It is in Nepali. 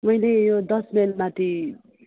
मैले यो दस माइल माथि